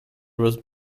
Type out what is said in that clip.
was